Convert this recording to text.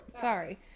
Sorry